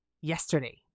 yesterday